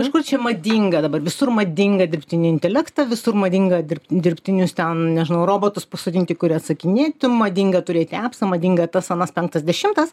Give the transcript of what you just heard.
kažkur čia madinga dabar visur madinga dirbtinį intelektą visur madinga dirbt dirbtinius ten nežinau robotus pasodinti kurie atsakinėtų madinga turėti apsą madinga tas anas penktas dešimtas